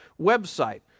website